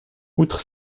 outre